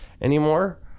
anymore